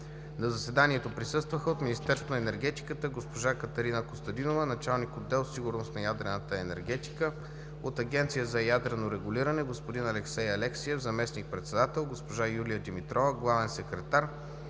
На заседанието присъстваха от Министерство на енергетиката: госпожа Катерина Костадинова – началник на отдел „Сигурност на ядрената енергетика“; от Агенция за ядрено регулиране: господин Алексей Алексиев – заместник-председател, госпожа Юлия Димитрова – главен секретар,